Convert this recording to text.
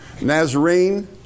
Nazarene